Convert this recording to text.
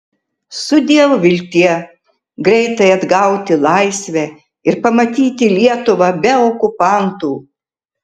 sudiev viltie greitai atgauti laisvę ir pamatyti lietuvą be okupantų